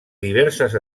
diverses